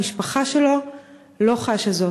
המשפחה שלו לא חשה זאת.